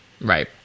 right